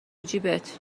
جیبت